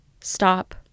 stop